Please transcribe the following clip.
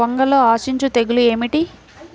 వంగలో ఆశించు తెగులు ఏమిటి?